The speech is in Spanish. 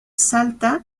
salta